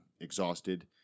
exhausted –